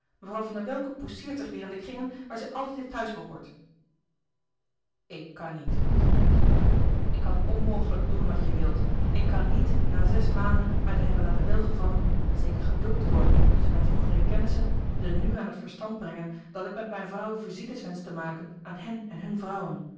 mevrouw van der welcke pousseert zich weêr in de kringen waar zij altijd heeft thuis behoord ik kan niet zeide hij zwak ik kan onmogelijk doen wat je wilt ik kan niet na zes maanden mij te hebben laten welgevallen een zeker geduld worden tusschen mijn vroegere kennissen ze nu aan het verstand brengen dat ik met mijn vrouw visites wensch te maken aan hen en hun vrouwen